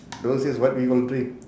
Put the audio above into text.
those days what we will dream